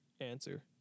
Answer